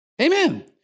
Amen